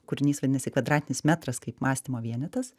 kūrinys vadinasi kvadratinis metras kaip mąstymo vienetas